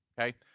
okay